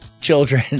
Children